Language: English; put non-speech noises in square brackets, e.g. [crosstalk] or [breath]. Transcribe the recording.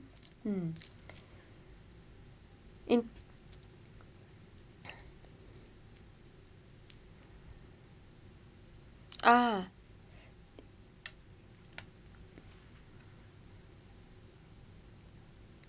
[noise] ah [breath]